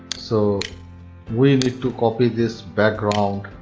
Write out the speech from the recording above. so we need to copy this background,